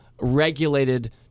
regulated